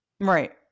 Right